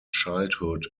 childhood